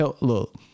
look